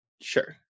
Sure